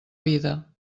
vida